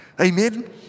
Amen